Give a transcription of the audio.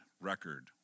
record